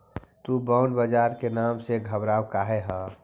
तु बॉन्ड बाजार के नाम से घबरा काहे ह?